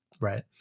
right